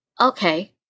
Okay